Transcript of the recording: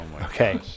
Okay